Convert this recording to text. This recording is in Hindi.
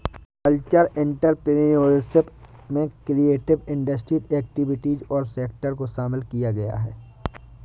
कल्चरल एंटरप्रेन्योरशिप में क्रिएटिव इंडस्ट्री एक्टिविटीज और सेक्टर को शामिल किया गया है